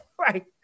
right